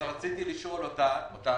לא הבנתי.